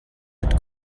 mit